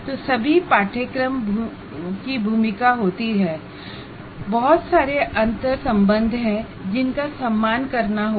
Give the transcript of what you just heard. तो सभी कोर्सेस की भूमिका होती है और बहुत सारे अंतर्संबंध होते हैं जिनका सम्मान करना होगा